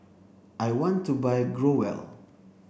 I want to buy Growell